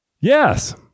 Yes